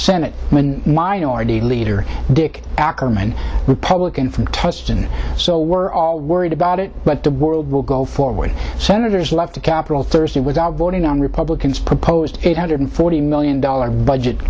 senate minority leader dick ackerman republican from tustin so we're all worried about it but the world will go forward senators left the capitol thursday without voting on republicans proposed eight hundred forty million dollars budget